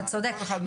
אתה צודק,